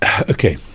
okay